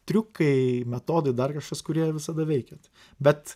triukai metodai dar kažkas kurie visada veikia bet